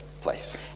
place